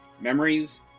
memories